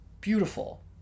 Beautiful